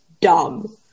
dumb